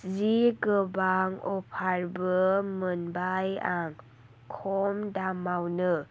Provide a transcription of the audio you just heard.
जि गोबां अफारबो मोनबाय आं खम दामावनो